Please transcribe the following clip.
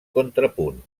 contrapunt